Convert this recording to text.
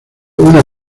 una